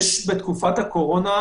מזכיר,